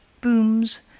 booms